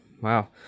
Wow